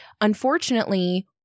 unfortunately